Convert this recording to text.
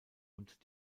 und